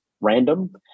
random